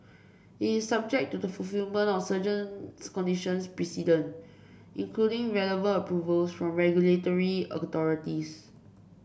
it is subject to the fulfilment of conditions precedent including relevant approvals from regulatory authorities